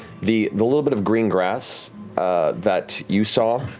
the the little bit of green grass that you saw,